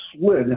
slid